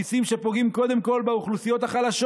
מיסים שפוגעים קודם כול באוכלוסיות החלשות